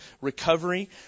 recovery